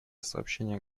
сообщение